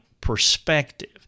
perspective